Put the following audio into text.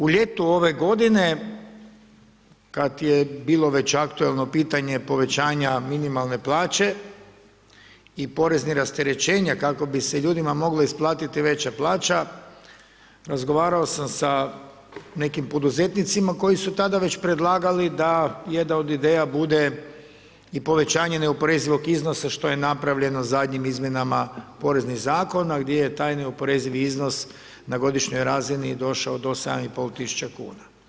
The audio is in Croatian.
U ljetu ove godine kada je bilo već aktualno pitanje povećanja minimalne plaće i poreznih rasterećenja kako bi se ljudima mogla isplatiti veća plaća razgovarao sam sa nekim poduzetnicima koji su tada već predlagali da jedna od ideja bude i povećanje neoporezivog iznosa što je napravljeno zadnjim izmjenama poreznih zakona gdje je taj neoporezivi iznos na godišnjoj razini došao do 7,5 tisuća kuna.